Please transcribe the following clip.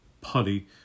putty